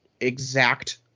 exact